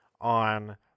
on